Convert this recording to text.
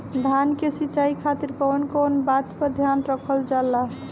धान के सिंचाई खातिर कवन कवन बात पर ध्यान रखल जा ला?